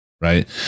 right